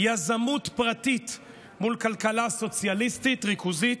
יזמות פרטית מול כלכלה סוציאליסטית ריכוזית,